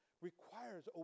requires